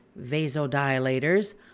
vasodilators